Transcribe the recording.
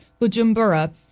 Bujumbura